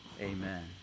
amen